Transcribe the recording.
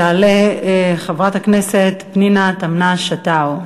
תעלה חברת הכנסת פנינה תמנו-שטה.